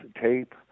tape